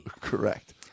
Correct